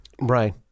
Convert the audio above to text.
right